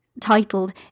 titled